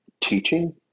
teaching